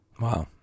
Wow